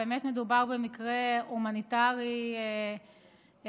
באמת מדובר במקרה הומניטרי טרגי.